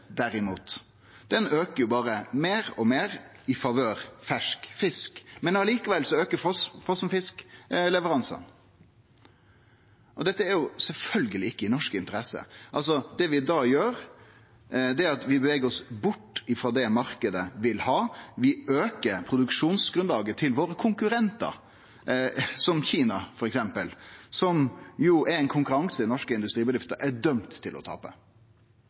aukar frosenfiskleveransane. Dette er sjølvsagt ikkje i norske interesser. Det vi da gjer, er at vi beveger oss bort frå det marknaden vil ha. Vi aukar produksjonsgrunnlaget til konkurrentane våre, som f.eks. Kina, som jo er ein konkurranse norske industribedrifter er dømde til å tape.